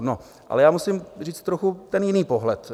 No ale já musím říct trochu jiný pohled.